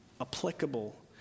applicable